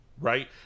right